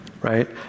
right